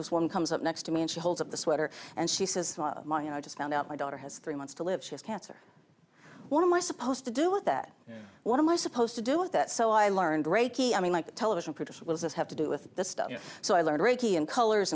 this one comes up next to me and she holds up the sweater and she says you know i just found out my daughter has three months to live she has cancer what am i supposed to do with that what am i supposed to do with that so i learned reiki i mean like a television producer was have to do with this stuff so i learned reiki and colors